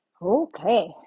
Okay